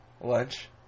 Lunch